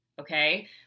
Okay